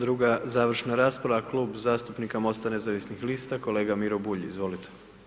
Druga završna rasprava, Klub zastupnika Mosta nezavisnih lista, kolega Miro Bulj, izvolite.